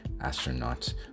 astronaut